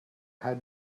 had